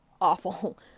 awful